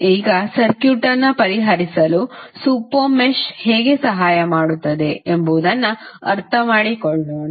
ಈಗ ಸರ್ಕ್ಯೂಟ್ ಅನ್ನು ಪರಿಹರಿಸಲು ಸೂಪರ್ ಮೆಶ್ ಹೇಗೆ ಸಹಾಯ ಮಾಡುತ್ತದೆ ಎಂಬುದನ್ನು ಅರ್ಥಮಾಡಿಕೊಳ್ಳೋಣ